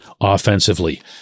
offensively